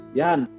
yan